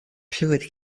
clywed